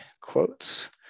quotes